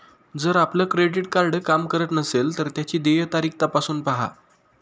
जर आपलं credit card काम करत नसेल तर त्याची देय तारीख तपासून पाहा